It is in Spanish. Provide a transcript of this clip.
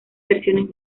versiones